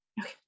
Okay